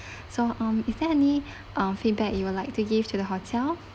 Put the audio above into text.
so um is there any uh feedback you would like to give to the hotel